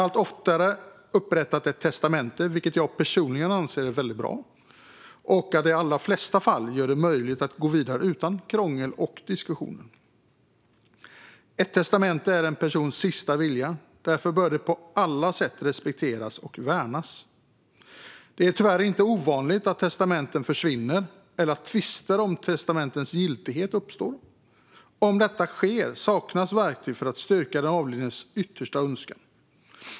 Allt oftare har ett testamente upprättats, något som jag personligen anser är väldigt bra och som i de allra flesta fall gör det möjligt att gå vidare utan krångel och diskussion. Ett testamente är en persons sista vilja. Därför bör det på alla sätt respekteras och värnas. Det är dock tyvärr inte ovanligt att testamenten försvinner eller att tvister om testamentens giltighet uppstår. Om detta sker saknas verktyg för att styrka den avlidnes yttersta önskan.